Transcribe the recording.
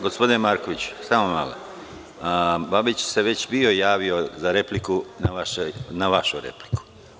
Gospodine Markoviću, samo malo, Babić se već bio javio za repliku na vašu repliku.